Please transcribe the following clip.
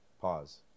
Pause